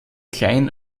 klein